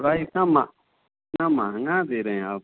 थोड़ा इतना महँग इतना महँगा दे रहे हैं आप